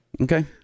Okay